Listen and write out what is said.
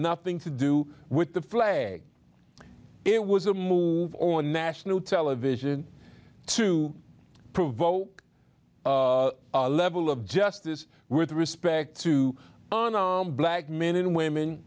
nothing to do with the flag it was a move on national television to provoke a level of justice with respect to black men and women